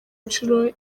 nshuro